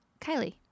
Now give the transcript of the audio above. kylie